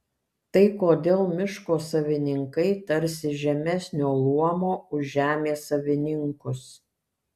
tai kodėl miško savininkai tarsi žemesnio luomo už žemės savininkus